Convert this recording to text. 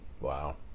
Wow